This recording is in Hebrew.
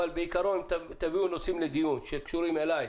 אבל בעיקרון תביאו נושאים לדיון שקשורים אלי,